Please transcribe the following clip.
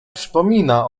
przypomina